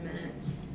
minutes